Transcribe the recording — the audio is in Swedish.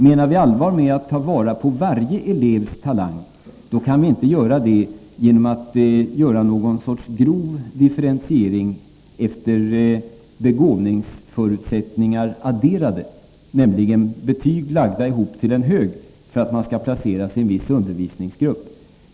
Menar vi allvar med att man skall ta vara på varje elevs talang, måste vi inse att man inte kan göra det genom någon sorts grovdifferentiering efter adderade begåvningsförutsättningar, dvs. betyg lagda ihop till en hög för att en elev skall placeras i en viss undervisningsgrupp.